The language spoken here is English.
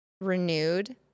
renewed